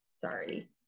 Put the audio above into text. sorry